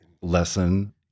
lesson